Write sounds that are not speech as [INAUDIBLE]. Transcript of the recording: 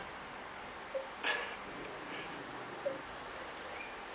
[LAUGHS]